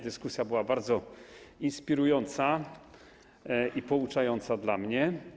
Dyskusja była bardzo inspirująca i pouczająca dla mnie.